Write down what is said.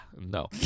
no